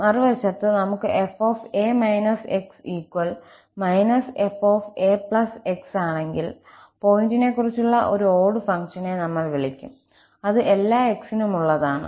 മറുവശത്ത് നമുക് 𝑓𝑎 − 𝑥 −𝑓𝑎 𝑥 ആണെങ്കിൽ പോയിന്റിനെക്കുറിച്ചുള്ള ഒരു ഓട് ഫംഗ്ഷനെ നമ്മൾ വിളിക്കും അത് എല്ലാ 𝑥 നുമുള്ളതാണ്